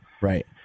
Right